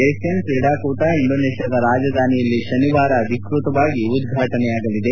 Asian ಕ್ರೀಡಾಕೂಟ ಇಂಡೋನೇಷ್ಸಾದ ರಾಜಧಾನಿಯಲ್ಲಿ ಶನಿವಾರ ಅಧಿಕ್ಷತವಾಗಿ ಉದ್ವಾಟನೆಯಾಗಲಿದೆ